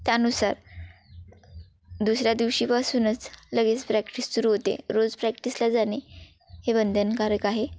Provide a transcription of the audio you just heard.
त्यानुसार दुसऱ्या दिवशीपासूनच लगेच प्रॅक्टिस सुरू होते रोज प्रॅक्टिसला जाणे हे बंधनकारक आहे